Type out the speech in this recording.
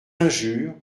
injure